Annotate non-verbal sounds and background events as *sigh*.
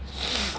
*noise*